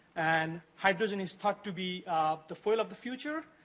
and hydrogen is thought to be the fuel of the future,